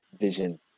Vision